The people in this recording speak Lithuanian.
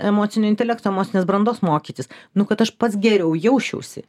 emocinio intelekto emocinės brandos mokytis nu kad aš pats geriau jausčiausi